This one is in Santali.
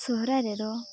ᱥᱚᱦᱚᱨᱟᱭ ᱨᱮᱫᱚ